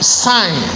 sign